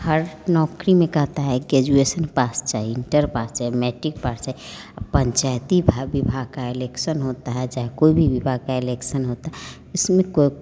हर नौकरी में कहता है गेजुएशन पास चाहि इन्टर पास चाहि मेटिक पास चाहे अब पंचायती भाग विभाग का एलेक्सन होता है चाहे कोई भी विभाग का एलेक्सन होता है इसमें